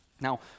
Now